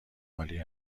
عالی